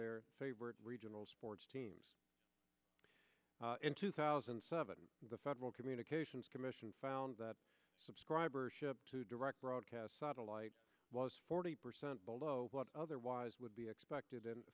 their favorite regional sports teams in two thousand and seven the federal communications commission found that subscribership to direct broadcast satellite was forty percent below what otherwise would be expected in